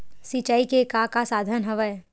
सिंचाई के का का साधन हवय?